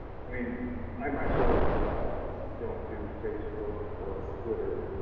i mean i myself don't do facebook or twitter.